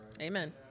Amen